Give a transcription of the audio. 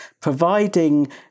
providing